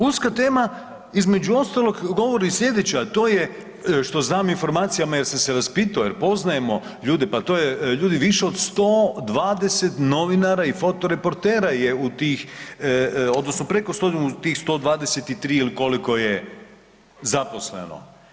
Uska tema između ostalog govori i slijedeće a to je što znam o informacijama jer sam se raspitao, jer poznajemo ljude, pa to je ljudi, više od 120 novinara i fotoreportera je u tih odnosno preko tih 123 ili koliko je zaposleno.